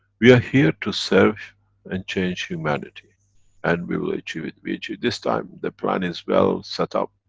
we are here to serve and change humanity and we will achieve it. we achieve. this time the plan is well set up